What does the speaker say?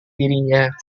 dirinya